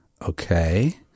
okay